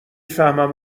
فهمم